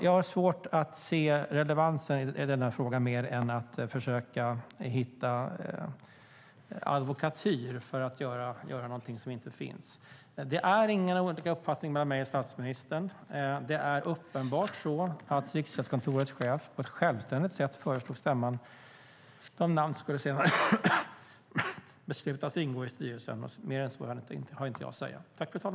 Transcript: Jag har svårt att se relevansen i den här frågan mer än att försöka hitta advokatyr för att göra någonting som inte finns. Det finns inga olika uppfattningar mellan mig och statsministern. Det är uppenbart så att Riksgäldskontorets chef på ett självständigt sätt föreslog stämman de namn som senare skulle beslutas ingå i styrelsen. Mer än så har jag inte att säga.